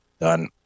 Done